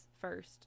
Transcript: first